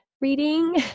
reading